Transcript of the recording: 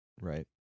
right